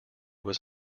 was